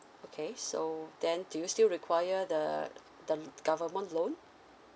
okay so then do you still require the the l~ government loan